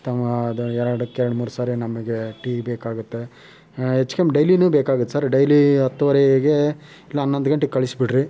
ತಮ್ಮ ಅದ ವಾರಕ್ಕೆರಡು ಮೂರು ಸರಿ ನಮಗೆ ಟೀ ಬೇಕಾಗುತ್ತೆ ಹೆಚ್ಕಮ್ಮಿ ಡೈಲಿನು ಬೇಕಾಗತ್ತೆ ಸರ್ ಡೈಲಿ ಹತ್ತುವರೆಗೆ ಇಲ್ಲ ಹನ್ನೊಂದು ಗಂಟೆಗೆ ಕಳಿಸ್ಬಿಡ್ರಿ